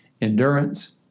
Endurance